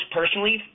personally